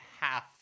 half